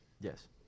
Yes